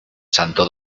santo